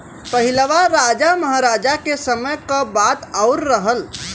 पहिलवा राजा महराजा के समय क बात आउर रहल